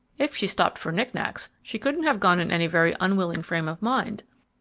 if she stopped for knick-knacks, she couldn't have gone in any very unwilling frame of mind.